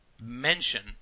mention